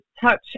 touch